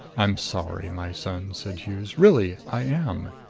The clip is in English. i'm sorry, my son, said hughes. really, i am.